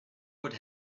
what